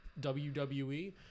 wwe